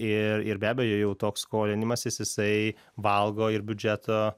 ir ir be abejo jau toks skolinimasis jisai valgo ir biudžeto